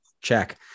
Check